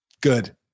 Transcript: good